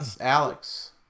alex